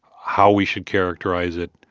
how we should characterize it,